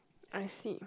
I see